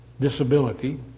disability